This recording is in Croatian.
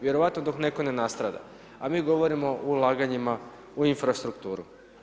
Vjerojatno dok netko ne nastrada, a mi govorimo o ulaganjima u infrastrukturu.